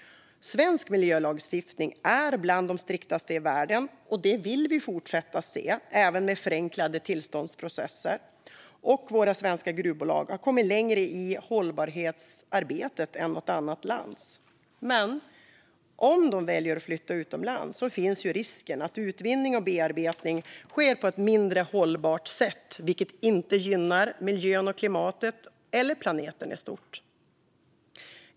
Svensk miljölagstiftning är bland de striktaste i världen. Det vill vi fortsätta att se, även med förenklade tillståndsprocesser. Våra svenska gruvbolag har kommit längre i hållbarhetsarbetet än något annat lands. Men om de väljer att flytta utomlands finns risken att utvinning och bearbetning sker på ett mindre hållbart sätt. Det gynnar inte miljön och klimatet eller planeten i stort.